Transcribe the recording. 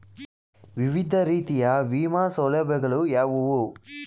ವಿವಿಧ ರೀತಿಯ ವಿಮಾ ಸೌಲಭ್ಯಗಳು ಯಾವುವು?